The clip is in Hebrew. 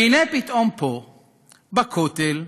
והנה פתאום, פה בכותל,